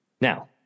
Now